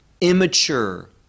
immature